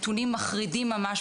עם נתונים מחרידים ממש,